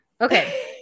okay